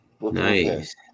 Nice